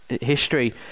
history